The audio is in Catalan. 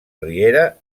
riera